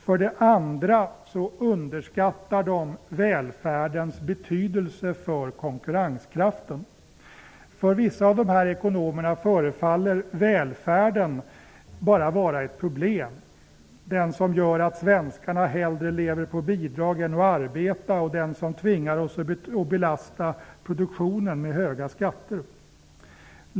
För det andra underskattar de välfärdens betydelse för konkurrenskraften. För vissa av dessa ekonomer förefaller välfärden bara vara ett problem som gör att svenskarna hellre lever på bidrag än att arbeta och som tvingar oss att belasta produktionen med höga skatter.